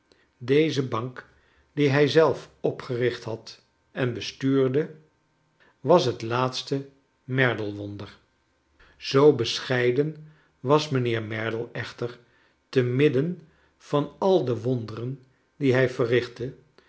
deze bank die hij zelf opgericht had en bestuurde was het laatste merdle wonder zoo bescheiden was mijnheer merdle echter te midden van al de wonderen die hij verrichtte